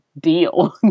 deal